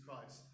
Christ